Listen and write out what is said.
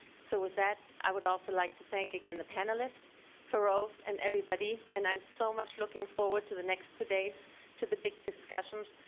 so with that i would also like to thank again the panelists ferose and everyone and i'm so much looking forward to the next two days to the big discussions,